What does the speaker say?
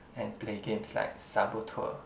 and play games like saboteur